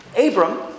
Abram